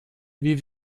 wie